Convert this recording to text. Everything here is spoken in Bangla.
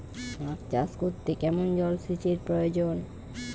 আখ চাষ করতে কেমন জলসেচের প্রয়োজন?